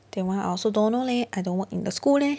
that [one] I also don't know leh I don't work in the school leh